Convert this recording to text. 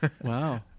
Wow